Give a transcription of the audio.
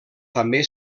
també